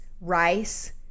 rice